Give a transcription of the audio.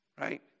Right